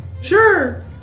Sure